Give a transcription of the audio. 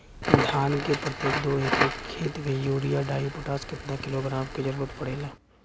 धान के प्रत्येक दो एकड़ खेत मे यूरिया डाईपोटाष कितना किलोग्राम क जरूरत पड़ेला?